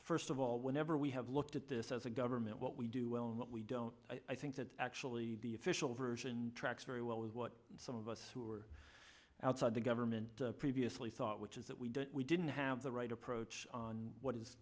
first of all whenever we have looked at this as a government what we do well and what we don't i think that actually the official version tracks very well as what some of us who are outside the government previously thought which is that we didn't we didn't have the right approach on what is